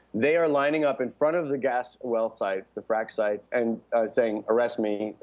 they are lining up in front of the gas well sites, the frack sites, and saying arrest me,